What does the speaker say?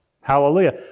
Hallelujah